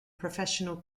professional